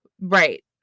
Right